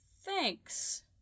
Thanks